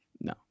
No